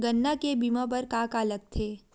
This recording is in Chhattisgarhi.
गन्ना के बीमा बर का का लगथे?